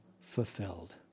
fulfilled